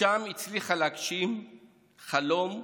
משם הצליחה להגשים חלום ולעלות,